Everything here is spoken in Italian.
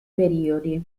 periodi